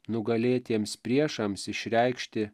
nugalėtiems priešams išreikšti